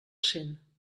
cent